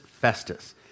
Festus